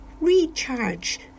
recharge